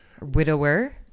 widower